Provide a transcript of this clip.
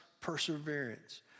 perseverance